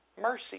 Mercy